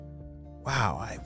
Wow